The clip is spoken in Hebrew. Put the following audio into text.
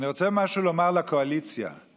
אני רוצה לומר לקואליציה משהו.